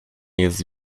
jest